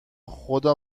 خدا